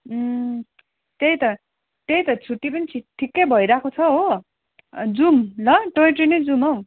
त्यही त त्यही त छुट्टी पनि छिट ठिक्कै भइरहेको छ हो जाउँ ल टोय ट्रेनै जाउँ हौ